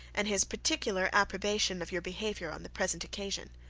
and his particular approbation of your behaviour on the present occasion.